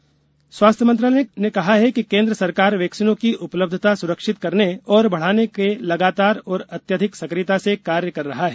vaccine स्वास्थ्य मंत्रालय ने कहा कि केंद्र सरकार वैक्सीनों की उपलब्धता सुरक्षित करने और बढ़ाने के लगातार और अत्यधिक सक्रियता से कार्य कर रही है